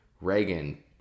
Reagan